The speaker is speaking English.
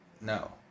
No